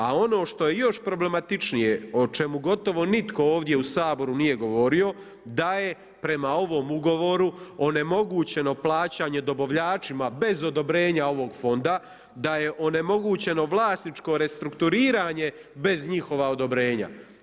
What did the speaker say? A ono što je još problematičnije o čemu gotovo nitko ovdje u Saboru nije govorio da je prema ovom ugovoru onemogućeno plaćanje dobavljačima bez odobrenja ovog fonda, da je onemogućeno vlasničko restrukturiranje bez njihova odobrenja.